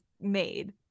made